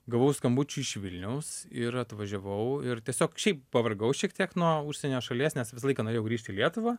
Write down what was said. gavau skambučių iš vilniaus ir atvažiavau ir tiesiog šiaip pavargau šiek tiek nuo užsienio šalies nes visą laiką norėjau grįžt į lietuvą